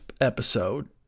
episode